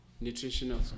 nutritional